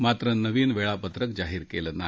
मात्र नवीन वेळापत्रक जाहीर केलं नाही